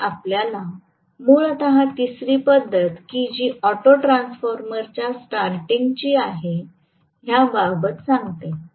तर हे आपल्याला मूलत तिसरी पद्धत की जी ऑटो ट्रान्सफॉर्मर च्या स्टार्टींग ची आहे ह्या बाबत सांगते